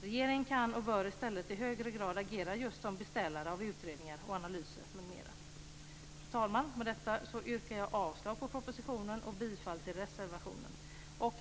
Regeringen kan och bör i stället agera i högre grad som beställare av utredningar och analyser m.m. Fru talman! Med detta yrkar jag avslag på propositionen och bifall till reservationen.